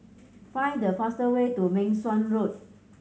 find the fast way to Meng Suan Road